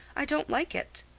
i don't like it.